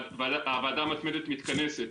הוועדה המתמדת מתכנסת.